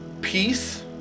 peace